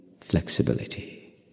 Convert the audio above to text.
flexibility